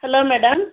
hello madam